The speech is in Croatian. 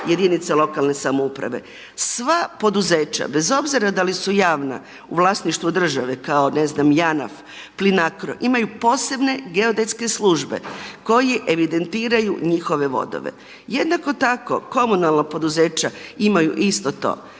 jedinice lokalne samouprave. Sva poduzeća bez obzira da li su javna, u vlasništvu države kao, ne znam, Janaf, Plinacro, imaju posebne geodetske službe koje evidentiraju njihove vodove. Jednako tako komunalna poduzeća imaju isto to.